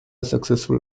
successful